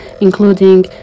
including